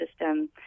system